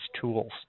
tools